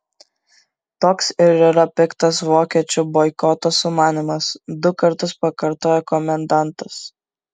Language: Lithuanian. toks ir yra piktas vokiečių boikoto sumanymas du kartus pakartojo komendantas